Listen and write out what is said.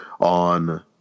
On